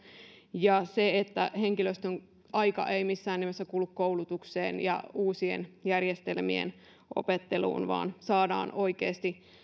ja siihen että henkilöstön aika ei missään nimessä kulu koulutukseen ja uusien järjestelmien opetteluun vaan saadaan oikeasti